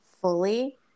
fully